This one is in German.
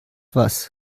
was